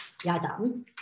Yadam